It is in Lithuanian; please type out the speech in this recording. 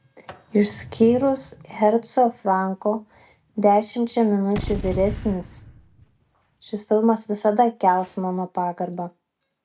išskyrus herco franko dešimčia minučių vyresnis šis filmas visada kels mano pagarbą